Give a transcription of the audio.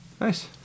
Nice